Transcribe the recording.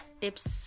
tips